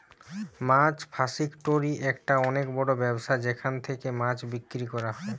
মাছ fish factory একটা অনেক বড় ব্যবসা যেখান থেকে মাছ বিক্রি করা হয়